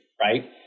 right